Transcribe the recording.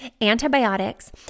antibiotics